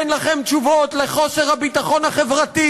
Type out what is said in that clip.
אין לכם תשובות לחוסר הביטחון החברתי